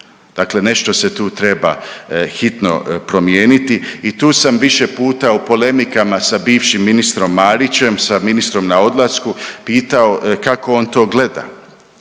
dakle nešto se tu treba hitno promijeniti i tu sam više puta u polemikama sa bivšim ministrom Marićem, sa ministrom na odlasku pitao kako on to gleda